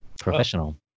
Professional